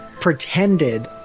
pretended